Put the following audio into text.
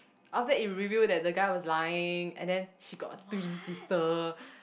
after it reveal that the guy was lying and then she got a twin sister